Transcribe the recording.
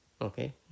Okay